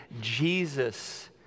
Jesus